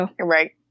Right